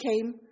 came